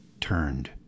turned